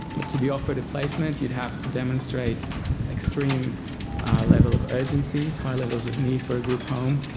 but to be offered a placement you would have to demonstrate extreme level of urgency, high levels of need for a group home.